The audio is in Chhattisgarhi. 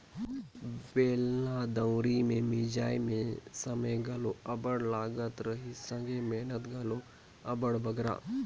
बेलना दउंरी मे मिंजई मे समे घलो अब्बड़ लगत रहिस संघे मेहनत घलो अब्बड़ बगरा